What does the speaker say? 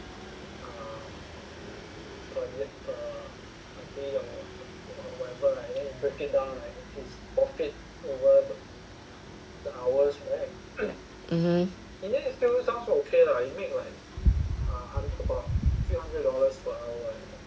mmhmm